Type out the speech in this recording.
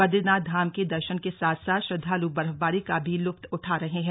बदरीनाथ के दर्शन के साथ साथ श्रद्वालु बर्फबारी का भी लुत्फ उठा रहे हैं